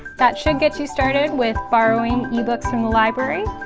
that should get you started with borrowing ebooks from the library.